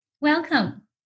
Welcome